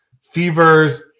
fevers